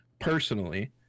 personally